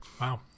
Wow